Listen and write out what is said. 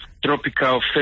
Tropical